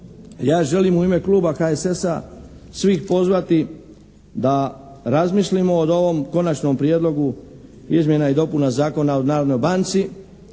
ja želim u ime kluba HSS-a svih pozvati da razmilimo o ovom Konačnom prijedlogu izmjena i dopuna Zakona o Narodnoj banci,